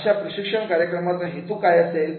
अशा प्रशिक्षण कार्यक्रमाचा हेतू काय असेल